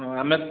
ହଁ ଆମେ